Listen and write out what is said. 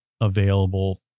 available